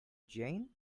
jane